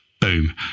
boom